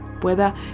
pueda